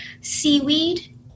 seaweed